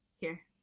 here!